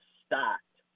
stocked